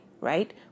right